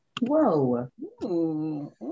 Whoa